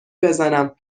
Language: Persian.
بزنم